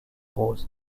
roses